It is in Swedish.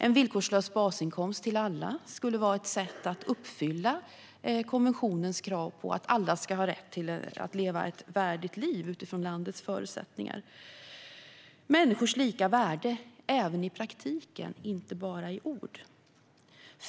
En villkorslös basinkomst till alla skulle vara ett sätt att uppfylla konventionens krav på att alla ska ha rätt att leva ett värdigt liv utifrån landets förutsättningar. Det handlar alltså om människors lika värde i praktiken och inte bara i ord.